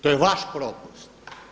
To je vaš propust.